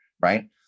Right